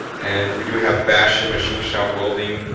and we do have fashion, machine shop welding,